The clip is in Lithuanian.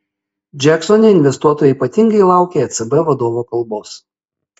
džeksone investuotojai ypatingai laukė ecb vadovo kalbos